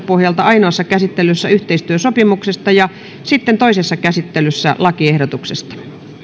pohjalta ainoassa käsittelyssä yhteistyösopimuksesta ja sitten toisessa käsittelyssä lakiehdotuksesta